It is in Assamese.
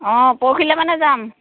অঁ পৰহিলৈ মানে যাম